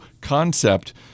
concept